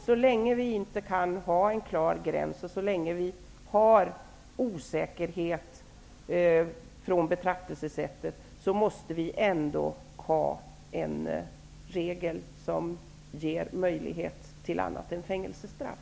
Så länge vi inte kan ha en klar gräns och så länge vi har osäkerhet i fråga om betraktelsesättet, måste vi ha en regel som ger möjlighet till annat än fängelsestraff.